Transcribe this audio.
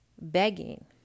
begging